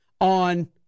on